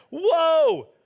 whoa